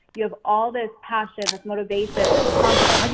you have all this passion, this motivation, this confidence.